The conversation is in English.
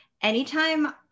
anytime